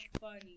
funny